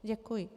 Děkuji.